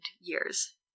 years